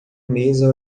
mesa